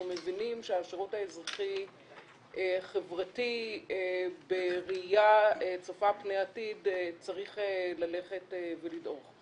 מבינים שהשירות האזרחי חברתי בראייה צופה פני עתיד צריך ללכת ולדעוך.